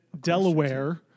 Delaware